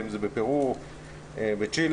אם זה בפרו ובצ'ילה.